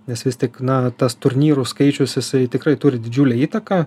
nes vis tik na tas turnyrų skaičius jisai tikrai turi didžiulę įtaką